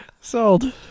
Sold